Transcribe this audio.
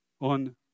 on